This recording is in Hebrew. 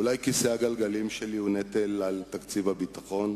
אולי כיסא הגלגלים שלי הוא נטל על תקציב הביטחון?